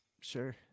sure